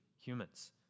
humans